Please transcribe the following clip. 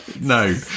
No